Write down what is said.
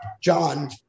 John